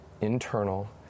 internal